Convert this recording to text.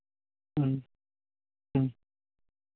ह्म्म ह्म्म